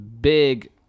big